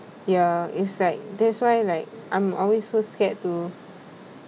ya it's like that's why like I'm always so scared to